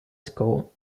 school